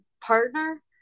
partner